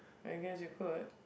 I guess you could